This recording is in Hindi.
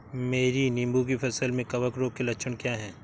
मेरी नींबू की फसल में कवक रोग के लक्षण क्या है?